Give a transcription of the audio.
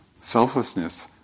selflessness